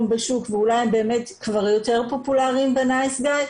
בשוק ואולי הם באמת כבר יותר פופולריים מה"נייס גאי".